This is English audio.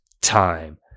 time